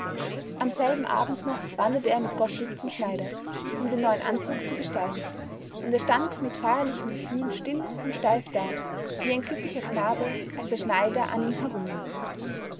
um selben abend noch wanderte er mit gottlieb zum schneider um den neuen anzug zu bestellen und er stand mit feierlichem gefühl still und steif da wie ein glücklicher knabe als der schneider an ihm